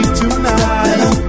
tonight